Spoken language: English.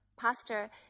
pastor